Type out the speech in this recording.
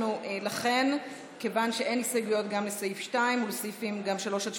ביתנו וקבוצת סיעת הרשימה המשותפת לסעיף 2 לא